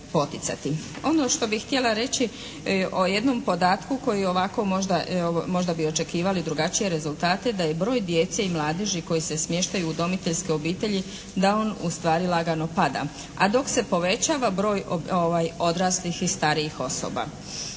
Ono što bih htjela reći o jednom podatku koji je ovako možda bi očekivali drugačije rezultate da je broj djece i mladeži koji se smještaju u udomiteljske obitelji, da on u stvari lagano pada, a dok se povećava broj odraslih i starijih osoba.